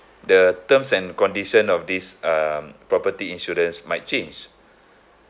the terms and condition of this um property insurance might change